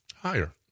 Higher